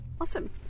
Awesome